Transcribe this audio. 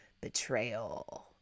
Betrayal